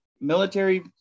military